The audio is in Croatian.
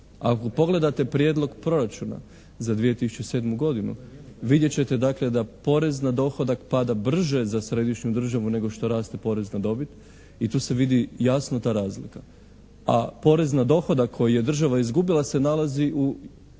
Ako pogledate prijedlog proračuna za 2007. godinu vidjet ćete dakle da porez na dohodak pada brže za središnju državu nego što raste porez na dobit i tu se vidi jasno ta razlika, a porez na dohodak koji je država izgubila se nalazi u